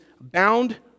bound